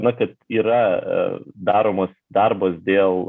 na kad yra daromas darbas dėl